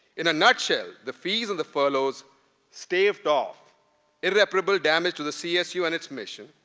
in a nutshell, the fees and the furloughs staved off irreparable damage to the csu and its mission,